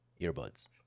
earbuds